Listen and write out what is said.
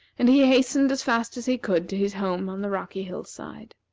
and he hastened as fast as he could to his home on the rocky hill-side.